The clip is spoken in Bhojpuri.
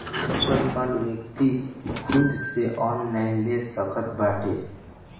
म्यूच्यूअल फंड व्यक्ति खुद से ऑनलाइन ले सकत बाटे